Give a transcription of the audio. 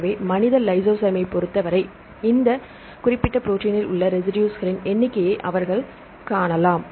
எனவே மனித லைசோசைமைப் பொறுத்தவரை இந்த குறிப்பிட்ட ப்ரோடீனில் உள்ள ரெசிடுஸ்களின் எண்ணிக்கையை அவர்கள் காணலாம்